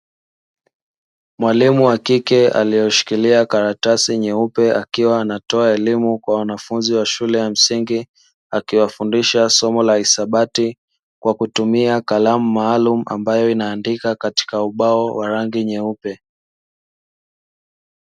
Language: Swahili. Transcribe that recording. Mwalimu wa kike aliyeshikilia karatasi nyeupe, akiwa anatoa elimu kwa wanafunzi wa shule ya msingi, akiwafundisha somo la hisabati kwa kutumia kalamu maalumu ambayo inaandika katika ubao wa rangi nyeupe.